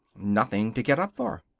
nothing to get up for.